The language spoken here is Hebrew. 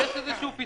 תעשה לי טובה.